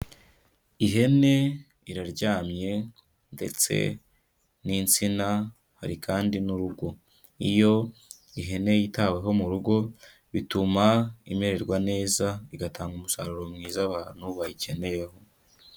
Ihene iraryamye ndetse n'insina hari kandi n'urugo, iyo ihene yitaweho mu rugo bituma imererwa neza igatanga umusaruro mwiza abantu bayikeneyeho.